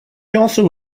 also